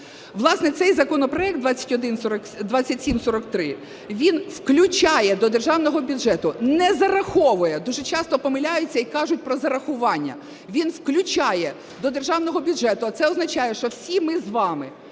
Власне, цей законопроект 2743, він включає до державного бюджету, не зараховує, дуже часто помиляються і кажуть про зарахування, він включає до державного бюджету, а це означає, що всі ми з вами